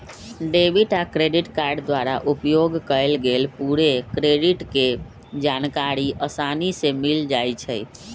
debit आ credit card द्वारा उपयोग कएल गेल पूरे क्रेडिट के जानकारी असानी से मिल जाइ छइ